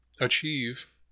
achieve